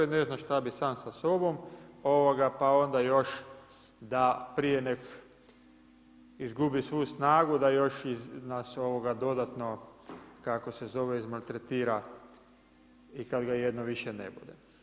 Ne znam šta bi sam sa sobom, pa onda još da prije nego izgubi svu snagu, da još nas dodatno kako se zove izmaltretira i kad ga jednom više ne bude.